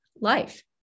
life